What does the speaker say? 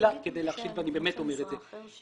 חלילה כדי להכשיל ואני באמת אומר את זה.